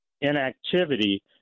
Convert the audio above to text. inactivity